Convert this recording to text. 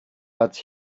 but